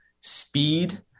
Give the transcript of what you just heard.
speed